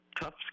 tough